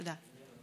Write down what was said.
תודה.